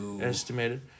Estimated